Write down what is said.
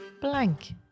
blank